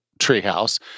Treehouse